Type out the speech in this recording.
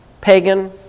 pagan